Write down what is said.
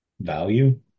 value